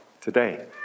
today